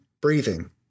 breathing